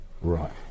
Right